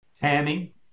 Tammy